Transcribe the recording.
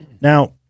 Now